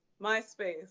MySpace